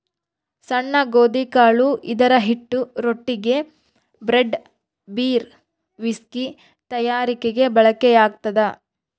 ಸಣ್ಣ ಗೋಧಿಕಾಳು ಇದರಹಿಟ್ಟು ರೊಟ್ಟಿಗೆ, ಬ್ರೆಡ್, ಬೀರ್, ವಿಸ್ಕಿ ತಯಾರಿಕೆಗೆ ಬಳಕೆಯಾಗ್ತದ